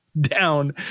down